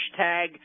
hashtag